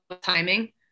timing